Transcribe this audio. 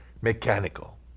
mechanical